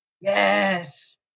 Yes